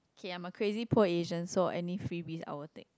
okay I'm a crazy poor Asian so any freebies I will take